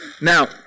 Now